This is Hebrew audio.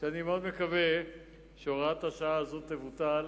שאני מאוד מקווה שהוראת השעה הזאת תבוטל